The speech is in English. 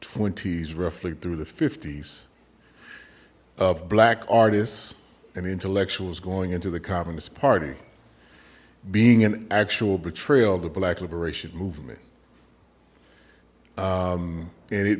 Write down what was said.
twenties roughly through the s of black artists and intellectuals going into the communist party being an actual betrayal the black liberation movement and it